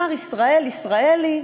מר ישראל ישראלי,